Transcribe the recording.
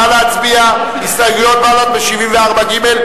נא להצביע על הסתייגויות בל"ד בעמוד 74ג',